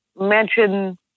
mention